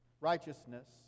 righteousness